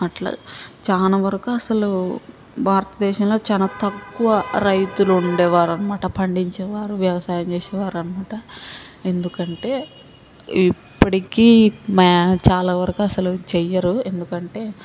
అట్లా చాలా వరకు అసలు భారతదేశంలో చాలా తక్కువ రైతులు ఉండేవారు అనమాట పండించేవారు వ్యవసాయం చేసేవారు అనమాట ఎందుకంటే ఇప్పటికీ మా చాలావరకు అసలు చెయ్యరు ఎందుకంటే